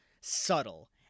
subtle